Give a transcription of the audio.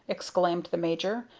exclaimed the major,